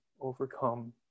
overcome